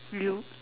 you